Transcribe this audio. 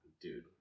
Dude